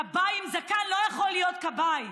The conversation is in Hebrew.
כבאי עם זקן לא יכול להיות כבאי,